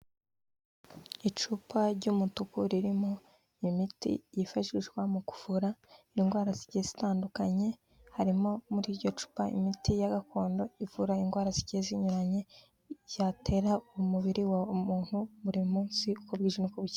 Icupa ry'umutuku ririmo imiti yifashishwa mu kuvura indwara zigiye zitandukanye, harimo muri iryo cupa imiti ya gakondo ivura indwara zigiye zinyuranye yatera umubiri wa muntu buri munsi uko bwije n'uko bukeye.